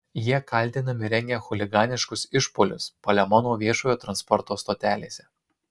jie kaltinami rengę chuliganiškus išpuolius palemono viešojo transporto stotelėse